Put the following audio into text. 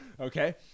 okay